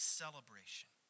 celebration